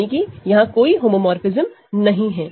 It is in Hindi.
यानी कि यहां कोई होमोमोरफ़िज्म नहीं है